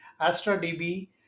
AstraDB